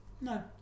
no